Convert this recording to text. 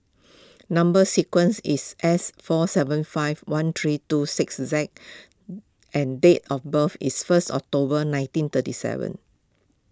Number Sequence is S four seven five one three two six Z and date of birth is first October nineteen thirty seven